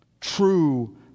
True